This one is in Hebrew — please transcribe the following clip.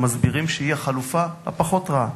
המסבירים שהיא החלופה הפחות רעה.